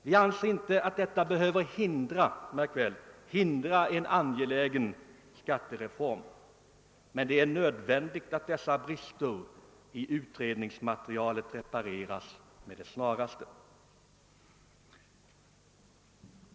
Vi anser inte att detta behöver hindra en angelägen skattereform, men det är nödvändigt att dessa brister i utredningsmaterialet repareras med det snaraste.